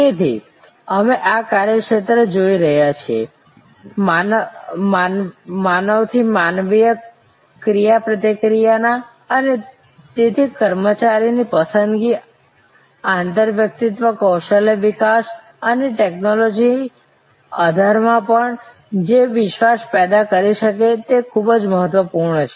તેથી અમે આ કાર્ય ક્ષેત્ર જોઈ રહ્યા છીએ માનવથી માનવીય ક્રિયાપ્રતિક્રિયા અને તેથી કર્મચારીની પસંદગી આંતરવ્યક્તિત્વ કૌશલ્ય વિકાસ અને ટેક્નોલોજી આધાર માં પણ જે વિશ્વાસ પેદા કરી શકે તે ખૂબ જ મહત્વપૂર્ણ છે